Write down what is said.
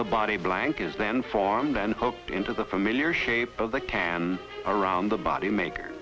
the body blank is then formed and hooked into the familiar shape of the can around the body maker